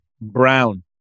brown